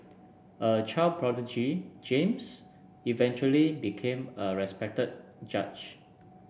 a child prodigy James eventually became a respected judge